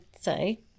say